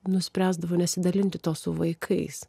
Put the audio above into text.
nuspręsdavo nesidalinti to su vaikais